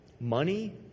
Money